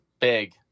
Big